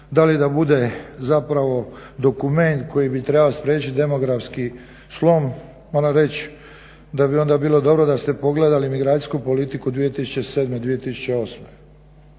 da li da bude zapravo dokument koji bi trebao spriječiti demografski slom moram reći da bi onda bilo dobro da ste pogledali migracijsku politiku 2007. – 2008.